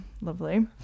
lovely